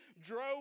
drove